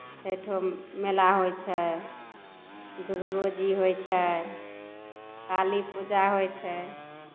छैठो मेला होइ छै दुर्गो जी होइ छै काली पूजा होइ छै